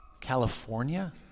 California